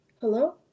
Hello